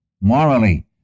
morally